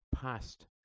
past